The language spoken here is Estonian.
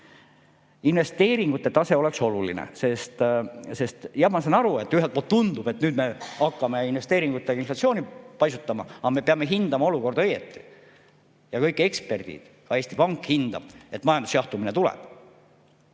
investeeringute tase on oluline, sest jah, ma saan aru, et ühelt poolt tundub, et nüüd me hakkame investeeringutega inflatsiooni paisutama, aga me peame hindama olukorda õigesti. Kõik eksperdid hindavad, ka Eesti Pank hindab, et majanduse jahtumine tuleb.